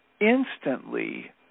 instantly